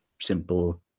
simple